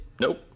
nope